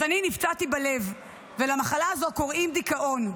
אז אני נפצעתי בלב ולמחלה הזאת קוראים דיכאון,